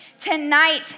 Tonight